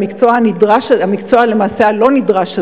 למקצוע למעשה הלא-נדרש הזה,